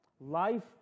Life